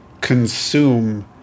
consume